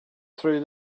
through